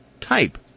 type